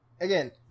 again